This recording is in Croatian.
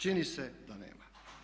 Čini se da nema.